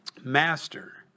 Master